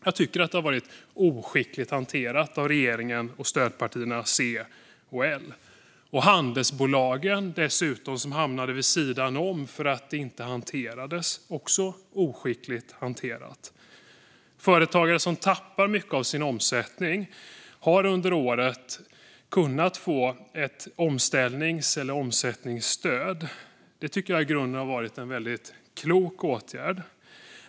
Jag tycker att det har hanterats oskickligt av regeringen och stödpartierna C och L. Dessutom hamnade handelsbolagen vid sidan om för att det inte hanterades. Det var också oskickligt. Företagare som tappar mycket av sin omsättning har under året kunnat få ett omställnings eller omsättningsstöd. Det var i grunden en klok åtgärd.